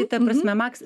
tai ta prasme maks